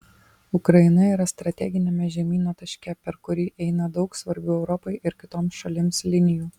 ukraina yra strateginiame žemyno taške per kurį eina daug svarbių europai ir kitoms šalims linijų